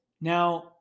Now